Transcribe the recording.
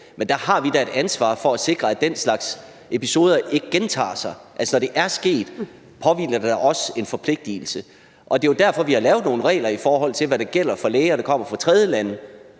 men der har vi da et ansvar for at sikre, at den slags episoder ikke gentager sig, altså når det er sket, påhviler der da os en forpligtigelse. Det er jo derfor, vi har lavet nogle regler for, hvad der gælder for læger, der kommer fra tredjelande.